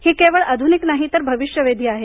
ही केवळ आधुनिक नाही तर भविष्यवेधी आहे